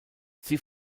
sie